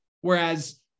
whereas